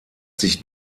sich